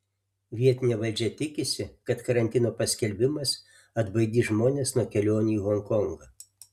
vietinė valdžia tikisi kad karantino paskelbimas atbaidys žmones nuo kelionių į honkongą